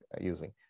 using